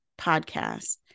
podcast